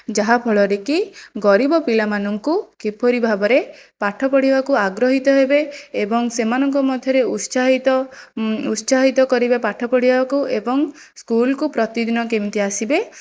ଯାହା ଫଳରେକି ଗରିବ ପିଲାମାନଙ୍କୁ କିପରି ଭାବରେ ପାଠପଢ଼ିବାକୁ ଆଗ୍ରହିତ ହେବେ ଏବଂ ସେମାନଙ୍କ ମଧ୍ୟରେ ଉତ୍ସାହିତ ଉତ୍ସାହିତ କରିବା ପାଠପଢ଼ିବାକୁ ଏବଂ ସ୍କୁଲ୍କୁ ପ୍ରତିଦିନ କେମିତି ଆସିବେ